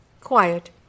Quiet